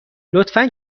لطفا